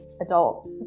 adult